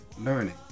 learning